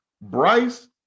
Bryce